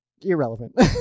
irrelevant